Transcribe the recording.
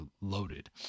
loaded